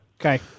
okay